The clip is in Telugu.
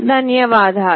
ధన్యవాదాలు